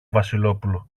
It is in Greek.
βασιλόπουλο